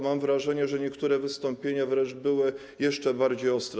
Mam wrażenie, że niektóre wystąpienia wręcz były jeszcze bardziej ostre.